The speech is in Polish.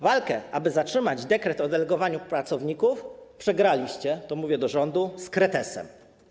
Walkę, aby zatrzymać dekret o delegowaniu pracowników, przegraliście, to mówię do rządu, z kretesem.